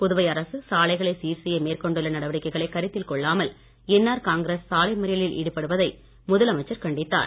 புதுவை அரசு சாலைகளை சீர் செய்ய மேற்கொண்டுள்ள நடவடிக்கைகளை கருத்தில் கொள்ளாமல் என்ஆர் காங்கிரஸ் சாலை மறியலில் ஈடுபடுவதை முதலமைச்சர் கண்டித்தார்